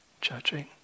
judging